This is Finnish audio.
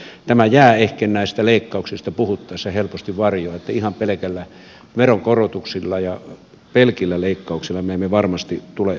tämä jää ehkä näistä leikkauksista puhuttaessa helposti varjoon että ihan pelkillä veronkorotuksilla ja pelkillä leikkauksilla me emme varmasti tule toimeen